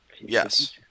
Yes